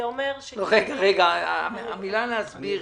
זה אומר --- רגע, המילה להסביר